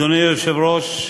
אדוני היושב-ראש,